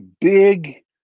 big